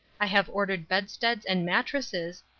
i have ordered bedsteads and mattresses,